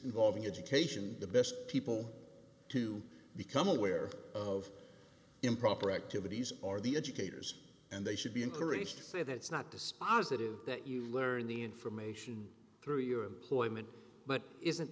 involving education the best people to become aware of improper activities are the educators and they should be encouraged to say that it's not dispositive that you learn the information through your employment but isn't